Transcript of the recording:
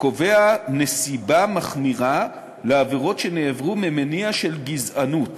הקובע נסיבה מחמירה לעבירות שנעברו ממניע של גזענות